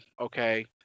okay